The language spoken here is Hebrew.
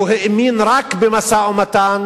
הוא האמין רק במשא-ומתן